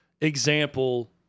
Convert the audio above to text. example